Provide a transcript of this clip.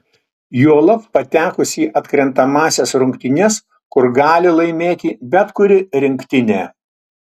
juolab patekus į atkrintamąsias rungtynes kur gali laimėti bet kuri rinktinė